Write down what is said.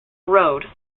road